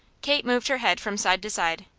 kate moved her head from side to side,